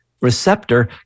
receptor